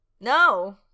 no